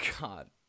God